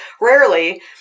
rarely